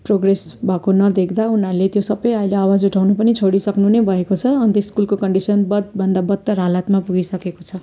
progress भएको नदेख्दा उनीहरूले त्यो सबै अहिले आवाज उठाउनु पनि छोडिसक्नु नै भएको छ अन्त स्कुलको कन्डिसन बदभन्दा बदतर हालतमा पुगिसकेको छ